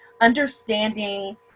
understanding